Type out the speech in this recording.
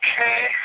okay